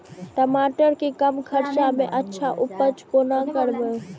टमाटर के कम खर्चा में अच्छा उपज कोना करबे?